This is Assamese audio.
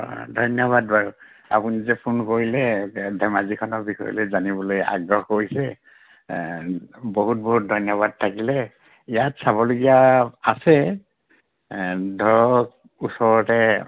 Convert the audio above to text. অঁ ধন্যবাদ বাৰু আপুনি যে ফোন কৰিলে ধেমাজিখনৰ বিষয়লে জানিবলৈ আগ্ৰহ কৰিছে বহুত বহুত ধন্যবাদ থাকিলে ইয়াত চাবলগীয়া আছে ধৰক ওচৰতে